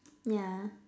yeah